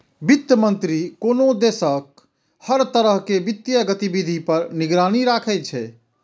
वित्त मंत्री कोनो देशक हर तरह के वित्तीय गतिविधि पर निगरानी राखै छै